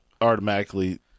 automatically